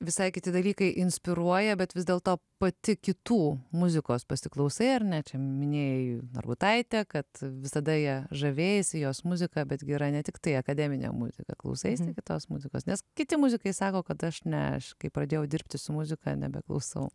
visai kiti dalykai inspiruoja bet vis dėlto pati kitų muzikos pasiklausai ar ne čia minėjai narbutaitę kad visada ja žavėjaisi jos muzika betgi yra ne tiktai akademinė muzika klausaisi kitos muzikos nes kiti muzikai sako kad aš ne aš kai pradėjau dirbti su muzika nebeklausau